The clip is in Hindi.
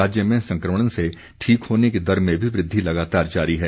राज्य में संक्रमण से ठीक होने की दर में भी वृद्धि लगातार जारी है